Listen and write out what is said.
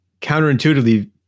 counterintuitively